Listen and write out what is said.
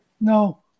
No